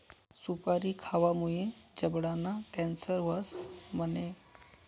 सुपारी खावामुये जबडाना कॅन्सर व्हस म्हणे?